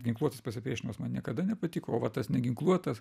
ginkluotas pasipriešinimas man niekada nepatiko o va tas neginkluotas